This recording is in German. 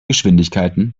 geschwindigkeiten